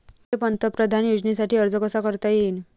मले पंतप्रधान योजनेसाठी अर्ज कसा कसा करता येईन?